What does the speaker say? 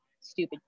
stupid